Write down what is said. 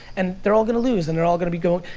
and they're all gonna lose and they're all gonna be going,